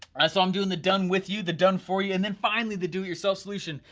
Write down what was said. so i'm doing the done with you, the done for you and then finally the do it yourself solution.